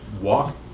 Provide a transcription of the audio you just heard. walk